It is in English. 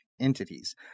entities